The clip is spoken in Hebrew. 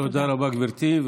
תודה רבה, גברתי.